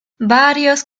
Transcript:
varios